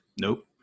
Nope